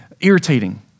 irritating